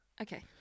Okay